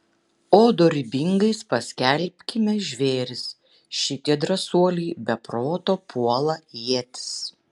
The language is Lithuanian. o dorybingais paskelbkime žvėris šitie drąsuoliai be proto puola ietis